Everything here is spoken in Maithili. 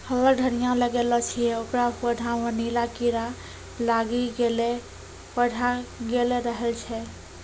हम्मे धनिया लगैलो छियै ओकर पौधा मे नीला कीड़ा लागी गैलै पौधा गैलरहल छै?